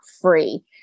free